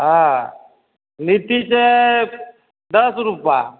हँ लिट्टी छै दश रूपा